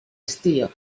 estío